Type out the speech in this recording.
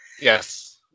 Yes